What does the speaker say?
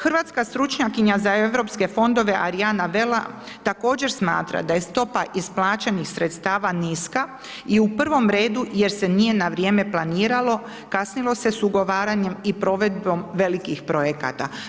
Hrvatska stručnjakinja za europske fondove Ariana Vela također smatra da je stopa isplaćenih sredstava niska i u prvom redu jer se nije na vrijeme planiralo kasnilo se s ugovaranjem i provedbom velikih projekata.